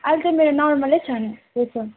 अहिले चाहिँ मेरो नर्मलै छ प्रेसर